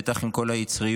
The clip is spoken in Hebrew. בטח עם כל היצריות,